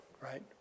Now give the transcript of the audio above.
right